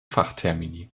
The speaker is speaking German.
fachtermini